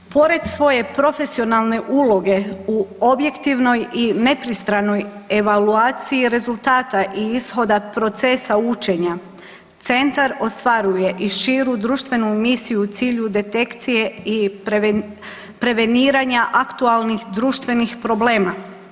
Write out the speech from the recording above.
Pored svoje profesionalne uloge u objektivnoj i nepristranoj evaluaciji i rezultata i ishoda procesa učenja, centar ostvaruje i širu društvenu misiju cilju detekcije i preveniranja aktualnih društvenih problema.